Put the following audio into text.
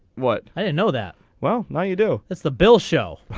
what i don't know that. well now you do that's the bill shelf.